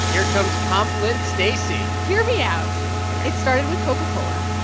here comes comp lit stacey hear me out ok it started with coca-cola.